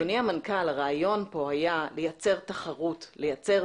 אדוני המנכ"ל, הרעיון היה לייצר תחרות, לייצר